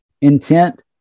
intent